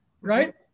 right